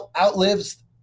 outlives